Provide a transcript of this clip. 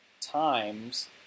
times